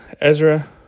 Ezra